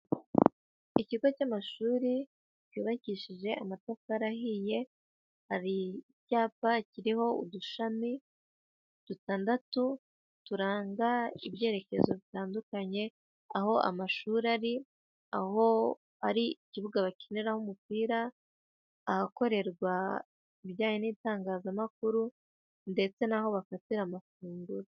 Ikigo cy'amashuri yubakishije amatafari ahiye, hari icyapa kiriho udushami dutandatu turanga ibyerekezo bitandukanye, aho amashuri ari, aho hari ikibuga bakiniraraho umupira, ahakorerwa ibijyanye n'itangazamakuru ndetse n'aho bafatira amafunguro.